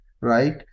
right